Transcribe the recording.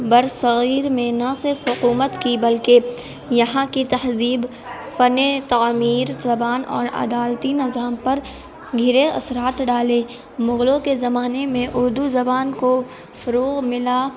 بر سغیر میں نہ صرف حکومت کی بلکہ یہاں کی تہذیب فن تعمیر زبان اور عدالتی نظام پر گہرے اثرات ڈالے مغلوں کے زمانے میں اردو زبان کو فروغ ملا